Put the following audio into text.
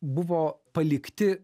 buvo palikti